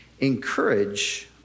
encourage